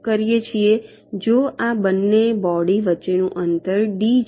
જો આ બંને બોડી વચ્ચેનું અંતર ડી છે